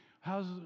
How's